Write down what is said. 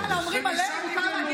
היום יום ההילולה של רבי